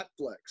Netflix